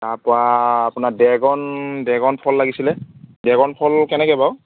তাৰ পৰা আপোনাৰ ড্ৰেগন ড্ৰেগন ফল লাগিছিলে ড্ৰেগন ফল কেনেকৈ বাও